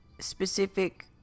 specific